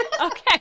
okay